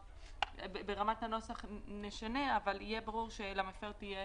ברמת הנוסח נשנה כך שיהיה ברור שלמפר תהיה